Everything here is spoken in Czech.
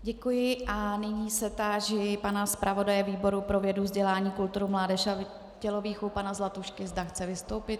Děkuji a nyní se táži pana zpravodaje výboru pro vědu, vzdělání, kulturu, mládež a tělovýchovu pana Zlatušky, zda chce vystoupit.